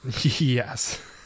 yes